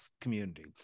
community